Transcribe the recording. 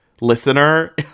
listener